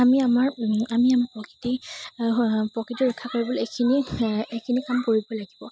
আমি আমাৰ আমি আমাৰ প্ৰকৃতি প্ৰকৃতিৰ ৰক্ষা কৰিবলৈ এইখিনি এইখিনি কাম কৰিব লাগিব